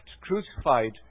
crucified